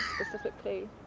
specifically